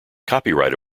copyright